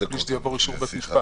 בלי שזה יהיה ברישום של בית המשפט,